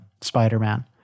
Spider-Man